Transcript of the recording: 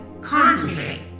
Concentrate